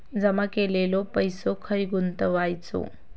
जमा केलेलो पैसो खय गुंतवायचो?